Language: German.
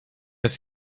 ist